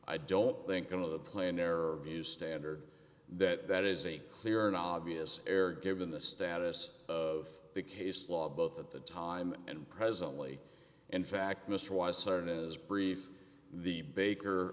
i don't think of the plain narrow view standard that that is a clear and obvious error given the status of the case law both at the time and presently in fact mr weiss certain is brief the baker